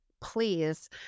Please